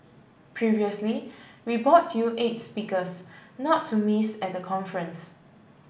previously we brought you eight speakers not to miss at the conference